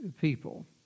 people